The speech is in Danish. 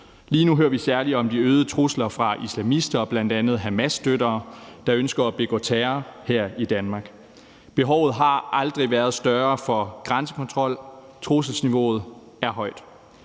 Lige nu hører vi særlig om de øgede trusler fra islamister, bl.a. Hamasstøttere, der ønsker at begå terror her i Danmark. Behovet har aldrig været større for grænsekontrol; trusselsniveauet er højt.